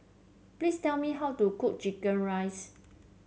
please tell me how to cook chicken rice